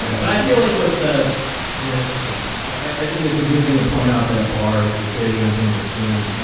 but i feel like what's a yeah that's true. i think it's a good thing to point out that bar if your trading on think or swim.